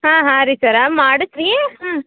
ಹಾಂ ಹಾಂ ರೀ ಸರ್ ಮಾಡಸ್ ರೀ ಹ್ಞೂ